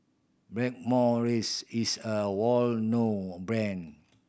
Blackmores is a well known brand